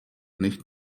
nicht